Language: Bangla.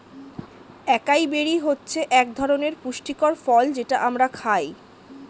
একাই বেরি হচ্ছে একধরনের পুষ্টিকর ফল যেটা আমরা খাই